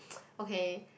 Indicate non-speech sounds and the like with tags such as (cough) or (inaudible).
(noise) okay